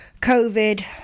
COVID